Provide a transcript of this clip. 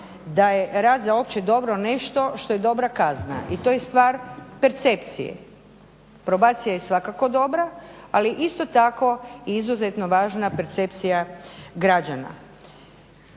da je rad za opće dobro nešto što je dobra kazna i to je stvar percepcije. Probacija je svakako dobra, ali isto tako izuzetno važna percepcija građana.